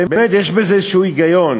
באמת, יש בזה איזה היגיון,